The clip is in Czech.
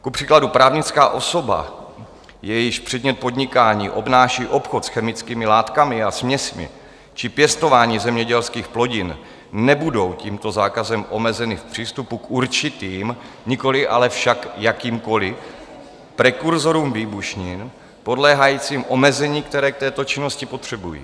Kupříkladu právnická osoba, jejíž předmět podnikání obnáší obchod s chemickými látkami a směsmi či pěstování zemědělských plodin, nebudou tímto zákazem omezeny v přístupu k určitým, nikoli ale však jakýmkoli prekurzorům výbušnin podléhajícím omezení, které k této činnosti potřebují.